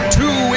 two